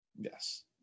Yes